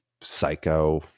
psycho